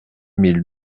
mille